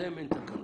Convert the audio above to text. עליהם אין תקנות.